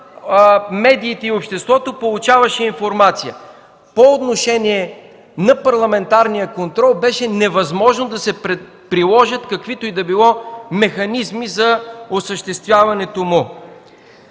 медиите – и обществото получаваше информация. По отношение на парламентарния контрол беше невъзможно да се приложат каквито и да било механизми за осъществяването му.